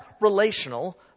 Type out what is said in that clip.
relational